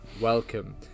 Welcome